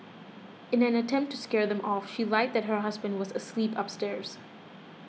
in an attempt to scare them off she lied that her husband was asleep upstairs